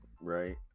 Right